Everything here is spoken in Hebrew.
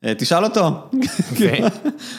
תשאל אותו. כן.